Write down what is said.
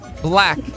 black